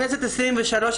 הכנסת ה-23,